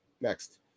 Next